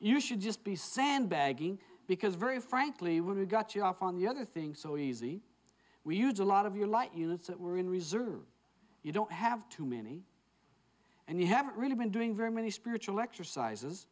you should just be sandbagging because very frankly when we got you off on the other things so easy we used a lot of your light units that were in reserve you don't have too many and you haven't really been doing very many spiritual exercises